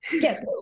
Get